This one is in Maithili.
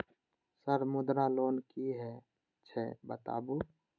सर मुद्रा लोन की हे छे बताबू?